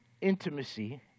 intimacy